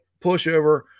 pushover